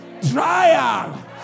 Trial